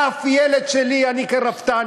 אף ילד שלי, אני כרפתן,